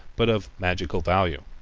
but of magical value.